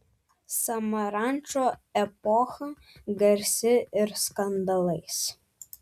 samarančo epocha garsi ir skandalais